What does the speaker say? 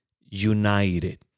united